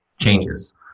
changes